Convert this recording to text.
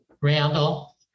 Randall